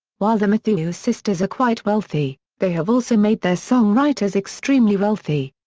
while the mathieu sisters are quite wealthy, they have also made their song writers extremely wealthy.